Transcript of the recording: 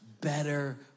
better